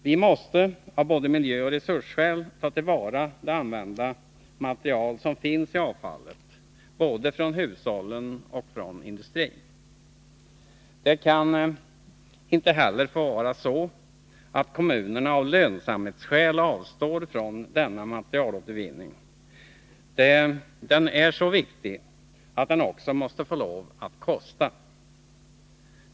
Vi måste av miljöoch resursskäl ta till vara det användbara material som finns i avfallet, både från hushållen och från industrin. Det kan inte heller få vara så att kommunerna av lönsamhetsskäl avstår från denna materialåtervinning; den är så viktig att den också måste få lov att kosta.